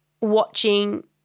watching